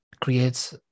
creates